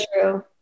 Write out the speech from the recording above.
true